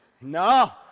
No